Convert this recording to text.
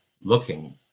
looking